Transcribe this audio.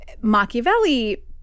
Machiavelli